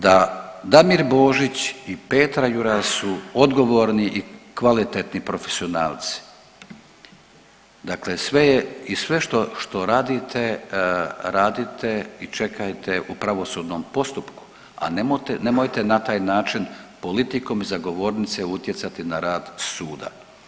Da Damir Božić i Petra Juras su odgovorni i kvalitetni profesionalci, dakle sve je i sve što radite, radite i čekajte u pravosudnom postupku, a nemojte na taj način politikom iz govornice utjecati na rad suda.